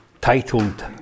titled